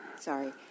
Sorry